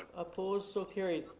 opposed? so carried.